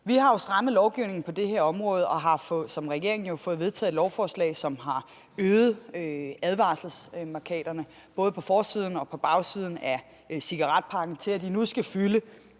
Vi har jo strammet lovgivningen på det her område, og vi har som regering fået vedtaget et lovforslag, som har øget størrelsen af advarselsmærkaterne på både bagsiden og forsiden af cigaretpakken til nu at skulle fylde